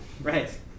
Right